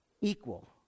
equal